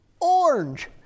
Orange